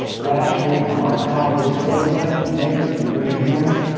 last week my colleague sylvia naylor can you raise your hand?